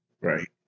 right